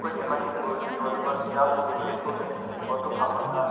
ꯑꯩꯈꯣꯏꯁꯦ ꯃꯅꯤꯄꯨꯔꯒꯤ ꯑꯣꯏꯕ ꯆꯤꯟꯖꯥꯛꯁꯤꯡꯁꯦ ꯇꯦꯁ ꯇꯧꯖꯅꯤꯡꯉꯦꯕꯀꯣ ꯑꯗꯨ ꯐꯪꯒꯗ꯭ꯔ